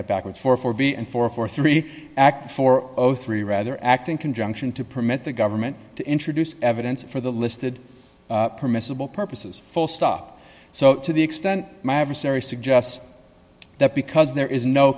that backwards for four b and four for three act for three rather act in conjunction to permit the government to introduce evidence for the listed permissible purposes full stop so to the extent my adversary suggests that because there is no